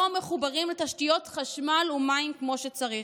מחוברים לתשתיות חשמל ומים כמו שצריך.